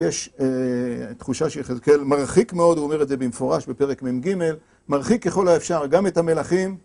יש תחושה שיחזקאל מרחיק מאוד, הוא אומר את זה במפורש בפרק מ"ג מרחיק ככל האפשר גם את המלכים